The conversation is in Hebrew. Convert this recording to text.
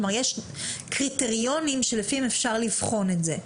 כלומר יש קריטריונים שלפיהם אפשר לבחון את זה,